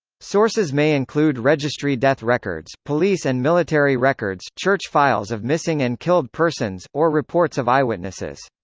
sources may include registry death records, police and military records, church files of missing and killed persons, or reports of eyewitnesses.